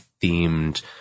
themed